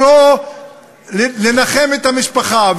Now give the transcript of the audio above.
לנחם את המשפחה,